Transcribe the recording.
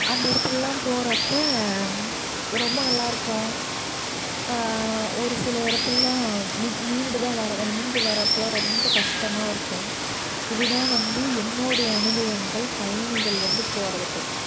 அந்த இடத்துலலாம் போகிறப்ப ரொம்ப நல்லாயிருக்கும் ஒரு சில இடத்துலலாம் நின்றுகிட்டுதான் வர வந்து நின்றுகிட்டு வர்றப்போலாம் ரொம்ப கஷ்டமாக இருக்கும் இதுதான் வந்து என்னுடைய அனுபவங்கள் பயணிகள் வந்து போகிறதப் பற்றி